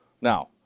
Now